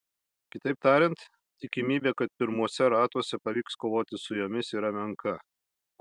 kitaip tariant tikimybė kad pirmuose ratuose pavyks kovoti su jomis yra menka